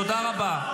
תודה רבה.